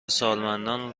سالمندان